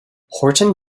horton